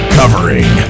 covering